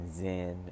Zen